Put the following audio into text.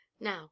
now